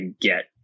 get